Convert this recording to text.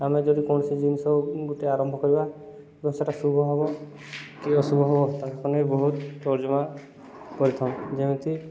ଆମେ ଯଦି କୌଣସି ଜିନିଷ ଗୋଟେ ଆରମ୍ଭ କରିବା ତ ସେଟା ଶୁଭ ହବ କି ଅଶୁଭ ହବ ତାହାକୁ ନେଇ ବହୁତ ତର୍ଜମା କରିଥାଉ ଯେମିତି